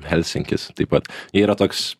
helsinkis taip pat yra toks